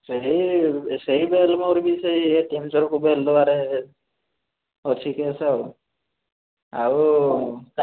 ସେହି ସେହି ବେଲ୍ ମୋର ବି ସେହି ତିନିଶହ ଲୋକଙ୍କୁ ବେଲ୍ ଦେବାରେ ଅଛି କେସ୍ ଆଉ ଆଉ